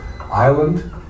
island